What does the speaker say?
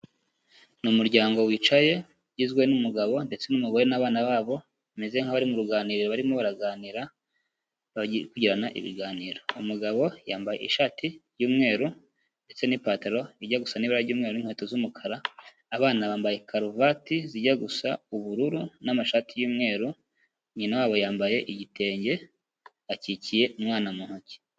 Ni umuryango wicaye, ugizwe n'umugabo ndetse n'umugore n'abana babo, bameze nkaho bari mu ruganiriro barimo baraganira, bari kugirana ibiganiro. Umugabo yambaye ishati y'umweru ndetse n'ipantaro bijya gusa n'ibara ry'umweru n'inkweto z'umukara; abana bambaye karuvati zijya gusa ubururu n'amashati y'umweru, nyina wabo yambaye igitenge, akikiye umwana mu ntoki.